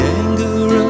anger